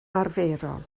arferol